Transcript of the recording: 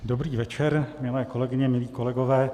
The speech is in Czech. Dobrý večer, milé kolegyně, milí kolegové.